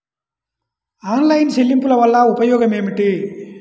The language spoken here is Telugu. ఆన్లైన్ చెల్లింపుల వల్ల ఉపయోగమేమిటీ?